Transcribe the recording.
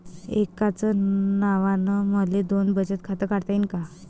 एकाच नावानं मले दोन बचत खातं काढता येईन का?